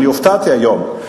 אני הופתעתי היום,